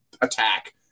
attack